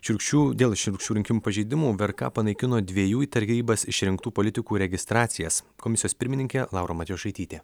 šiurkščių dėl šiurkščių rinkimų pažeidimų vrk panaikino dviejų į tarybas išrinktų politikų registracijas komisijos pirmininkė laura matjošaitytė